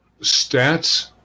stats